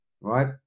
Right